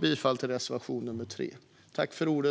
bifall endast till reservation nr 3.